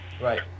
Right